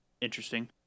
interesting